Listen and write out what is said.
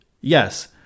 Yes